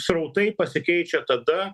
srautai pasikeičia tada